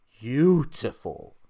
beautiful